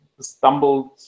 stumbled